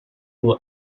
who